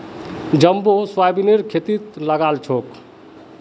jumbo सोयाबीनेर खेती लगाल छोक